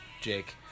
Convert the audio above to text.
Jake